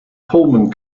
pullman